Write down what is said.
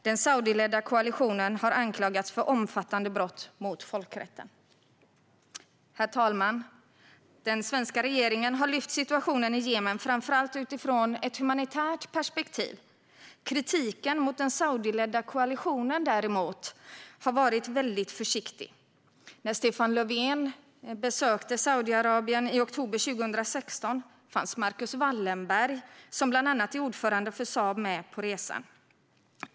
Den saudiskledda koalitionen har anklagats för omfattande brott mot folkrätten. Herr talman! Den svenska regeringen har lyft upp situationen i Jemen framför allt utifrån ett humanitärt perspektiv. Kritiken mot den saudiskledda koalitionen har däremot varit försiktig. När Stefan Löfven besökte Saudiarabien i oktober 2016 fanns Marcus Wallenberg, som bland annat är ordförande för Saab, med på resan.